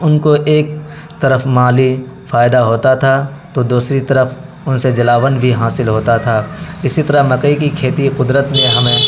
ان کو ایک طرف مالی فائدہ ہوتا تھا تو دوسری طرف ان سے جلاون بھی حاصل ہوتا تھا اسی طرح مکئی کی کھیتی قدرت نے ہمیں